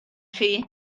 chi